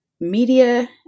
media